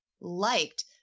liked